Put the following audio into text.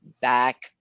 back